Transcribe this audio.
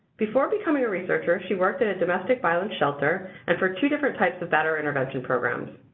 before becoming a researcher, she worked at a domestic violence shelter and for two different types of batterer intervention programs.